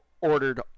ordered